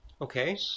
Okay